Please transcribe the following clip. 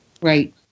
Right